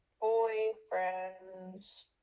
boyfriend's